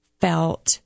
felt